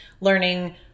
learning